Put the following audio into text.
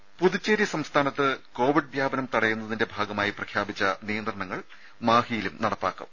ദേദ പുതുച്ചേരി സംസ്ഥാനത്ത് കോവിഡ് വ്യാപനം തടയുന്നതിന്റെ ഭാഗമായി പ്രഖ്യാപിച്ച നിയന്ത്രണങ്ങൾ മാഹിയിലും നടപ്പാക്കും